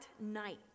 night